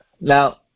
Now –